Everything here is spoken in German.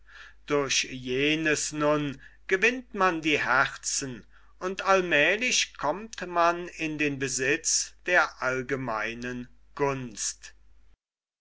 durch jenes nun gewinnt man die herzen und allmälig kommt man in den besitz der allgemeinen gunst